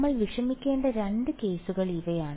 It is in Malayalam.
നമ്മൾ വിഷമിക്കേണ്ട 2 കേസുകൾ ഇവയാണ്